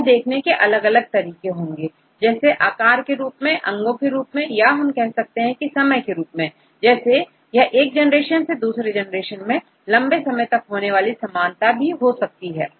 यह देखने के अलग अलग तरीके होंगे जैसे आकार के रूप में अंगों के रूप में या कह सकते हैं कि समय के रूप में जैसे यह एक जनरेशन से दूसरे जनरेशन मैं लंबे समय तक होने वाली समानता हो सकती है